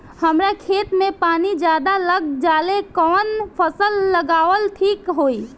हमरा खेत में पानी ज्यादा लग जाले कवन फसल लगावल ठीक होई?